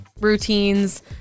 routines